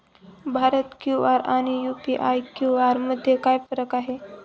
Bharat QR आणि UPI QR मध्ये काय फरक आहे?